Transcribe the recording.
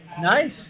Nice